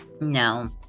No